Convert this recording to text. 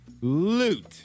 Loot